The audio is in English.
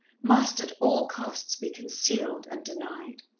must at all costs be concealed and denied.